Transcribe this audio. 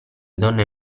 donne